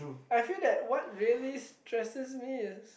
I feel that what really stresses me is